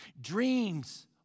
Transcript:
Dreams